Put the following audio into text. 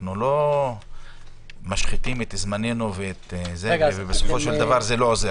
אנחנו לא רוצים להשחית את זמנינו ושבסופו של דבר זה לא יעזור,